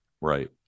right